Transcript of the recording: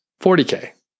$40K